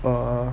err